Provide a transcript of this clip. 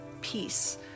peace